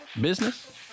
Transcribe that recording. business